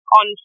on